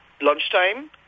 lunchtime